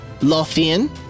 Lothian